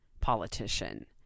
politician